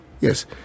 Yes